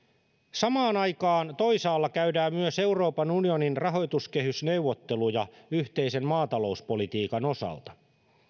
samaan aikaan toisaalla käydään myös euroopan unionin rahoituskehysneuvotteluja yhteisen maatalouspolitiikan osalta